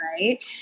right